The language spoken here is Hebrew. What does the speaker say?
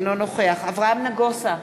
אינו נוכח אברהם נגוסה,